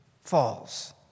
falls